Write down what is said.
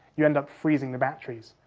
you end up freezing the batteries.